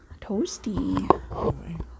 Toasty